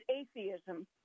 atheism